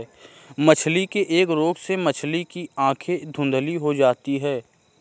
मछली के एक रोग से मछली की आंखें धुंधली हो जाती है